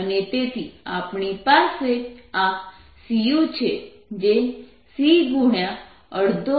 અને તેથી આપણી પાસે આ c u છે જે c